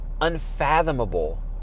unfathomable